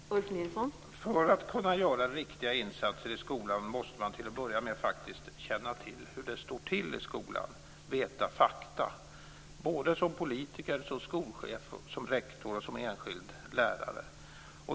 Fru talman! För att kunna göra riktiga insatser i skolan måste man till att börja med känna till hur det står till i skolan, veta fakta, såväl som politiker och som skolchef, rektor och enskild lärare.